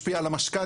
משפיע על המשכנתא,